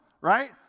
right